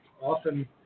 Often